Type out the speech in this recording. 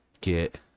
get